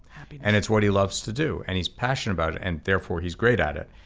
happiness. and it's what he loves to do, and he's passionate about it, and therefore he's great at it.